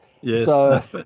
Yes